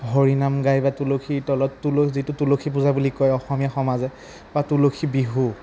হৰিনাম গাই বা তুলসীৰ তলত তুলস যিটো তুলসী পূজা বুলি কয় অসমীয়া সমাজে বা তুলসী বিহু